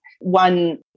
One